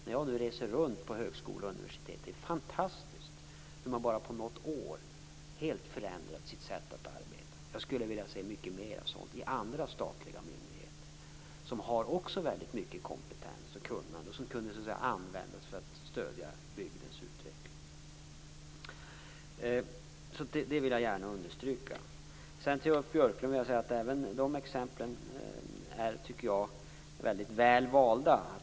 När jag nu reser runt till högskolor och universitet ser jag hur fantastiskt det är att de på bara ett år helt förändrat sitt sätt att arbeta. Jag skulle vilja se mycket mer av sådant i andra statliga myndigheter, som också har mycket kompetens och kunnande som skulle kunna användas för att stödja bygdens utveckling. Detta vill jag alltså gärna understryka. Till Ulf Björklund vill jag säga att även hans exempel är väldigt väl valda.